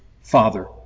father